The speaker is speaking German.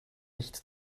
nicht